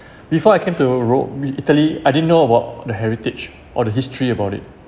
before I came to rome i~ italy I didn't know about the heritage or the history about it